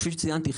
כפי שציינתי,